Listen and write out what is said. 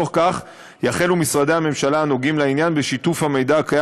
בתוך כך יחלו משרדי הממשלה הנוגעים לעניין בשיתוף המידע הקיים